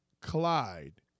Clyde